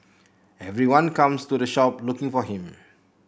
everyone comes to the shop looking for him